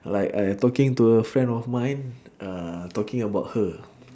like I talking to a friend of mine uh talking about her